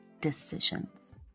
decisions